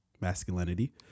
masculinity